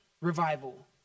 revival